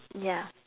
ya